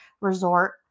resort